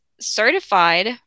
certified